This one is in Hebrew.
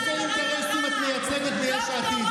חבר הכנסת רם בן ברק.